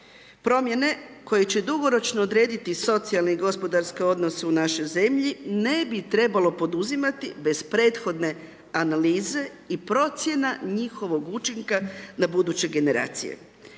promjene koje će dugoročno odrediti socijalni i gospodarske odnose u našoj zemlji ne bi trebalo poduzimati bez prethodne analize i procjena njihovog učinka na buduće generacije.